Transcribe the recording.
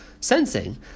sensing